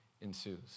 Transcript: ensues